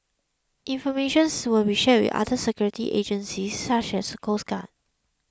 information will be shared with other security agencies such as the coast guard